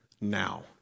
now